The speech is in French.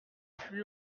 plus